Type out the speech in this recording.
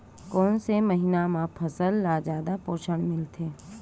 कोन से महीना म फसल ल जादा पोषण मिलथे?